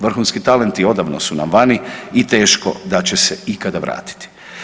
Vrhunski talenti odavno su nam vani i teško da će se ikada vratiti.